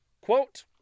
Quote